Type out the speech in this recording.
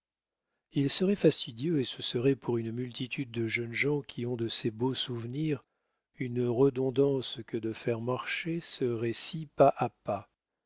il serait fastidieux et ce serait pour une multitude de jeunes gens qui ont de ces beaux souvenirs une redondance que de faire marcher ce récit pas à pas